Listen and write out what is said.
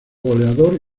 goleador